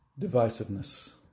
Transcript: divisiveness